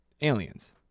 aliens